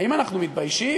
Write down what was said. האם אנחנו מתביישים?